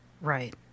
Right